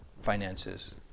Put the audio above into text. finances